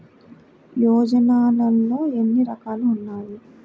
యోజనలో ఏన్ని రకాలు ఉన్నాయి?